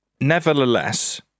Nevertheless